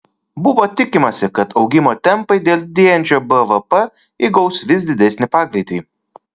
buvo tikimasi kad augimo tempai dėl didėjančio bvp įgaus vis didesnį pagreitį